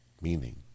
meaning